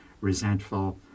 resentful